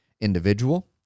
individual